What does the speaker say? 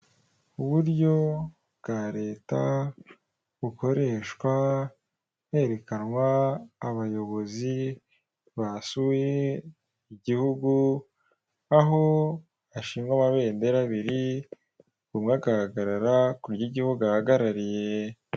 Uburyo bwa leta bukoreshwa herekanwa abayobozi basuye igihugu aho hashingwa amabendera abiri buri umwe agahagarara ku ry'igihugu ahagarariye.